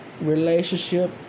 relationship